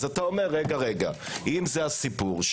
אז אתה אומר: אם זה הסיפור,